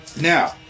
Now